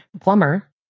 plumber